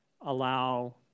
allow